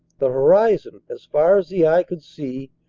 the horizon, as far as the eye could see,